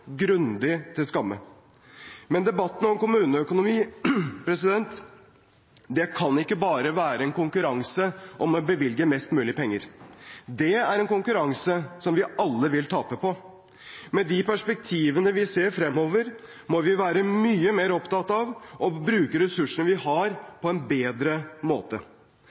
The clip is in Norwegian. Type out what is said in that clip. grundig til skamme. Debatten om kommuneøkonomi kan ikke være en konkurranse om å bevilge mest mulig penger. Dét er en konkurranse vi alle vil tape på. Med de perspektivene vi ser fremover, må vi være mye mer opptatt av å bruke de ressursene vi har, på en bedre måte.